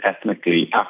ethnically